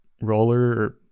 roller